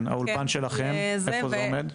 האולפן שלכם איפה זה עומד?